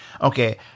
okay